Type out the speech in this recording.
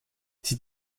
sie